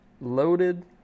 loaded